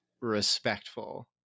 respectful